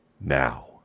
now